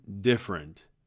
different